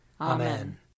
Amen